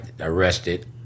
arrested